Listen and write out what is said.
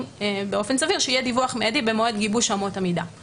באופן סביר - יהיה דיווח מיידי במועד גיבוש אמות המידה כי